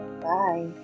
Bye